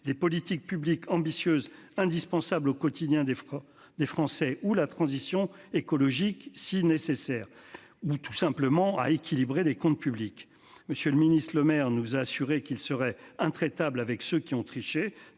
des politiques publiques ambitieuses indispensables au quotidien des. Des Français ou la transition écologique si nécessaire ou tout simplement à équilibrer les comptes publics. Monsieur le Ministre Lemaire nous a assuré qu'il serait intraitable avec ceux qui ont triché.